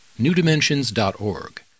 newdimensions.org